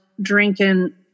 drinking